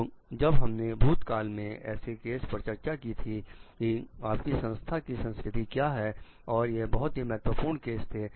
तो जब हमने भूतकाल में ऐसे केस पर चर्चा की थी कि आपकी संस्था की संस्कृति क्या है और यह बहुत ही महत्वपूर्ण केस थे